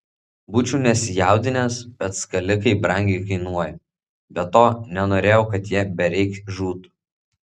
būčiau nesijaudinęs bet skalikai brangiai kainuoja be to nenorėjau kad jie bereik žūtų